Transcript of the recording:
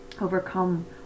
overcome